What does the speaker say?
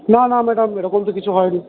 না না ম্যাডাম এরকম তো কিছু হয়নি